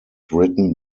written